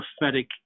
prophetic